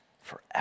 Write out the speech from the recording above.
forever